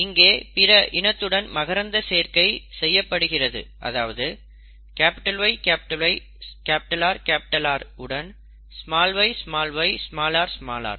இங்கே பிற இனத்துடன் மகரந்த சேர்க்கை செய்யப்படுகிறது அதாவது YYRR உடன் yyrr